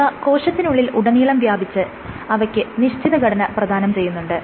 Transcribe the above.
ഇവ കോശത്തിനുള്ളിൽ ഉടനീളം വ്യാപിച്ച് അവയ്ക്ക് നിശ്ചിത ഘടന പ്രധാനം ചെയ്യുന്നുണ്ട്